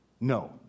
No